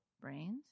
Brains